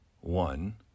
one